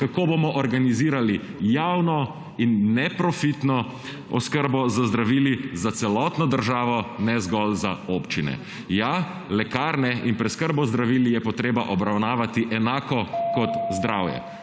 kako bomo organizirali javno in neprofitno oskrbo z zdravili za celotno državo ne zgolj za občine. Ja, lekarne in preskrbo z zdravili je treba obravnavati enako kot zdravje,